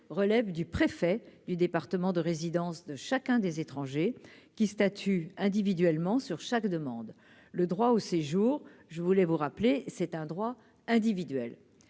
relève du préfet du département de résidence de chacun des étrangers qui statue individuellement sur chaque demande le droit au séjour, je voulais vous rappeler, c'est un droit individuel